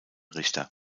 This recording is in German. richter